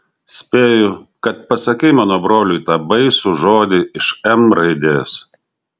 spėju kad pasakei mano broliui tą baisų žodį iš m raidės